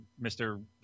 Mr